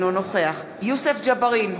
אינו נוכח יוסף ג'בארין,